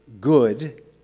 good